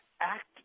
act